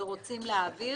ורוצים להעביר